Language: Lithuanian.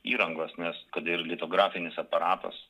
įrangos nes kad ir litografinis aparatas